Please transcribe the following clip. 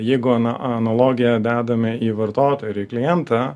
jeigu analogiją dedame į vartotojo į klientą